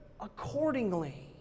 accordingly